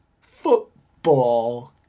Football